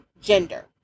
gender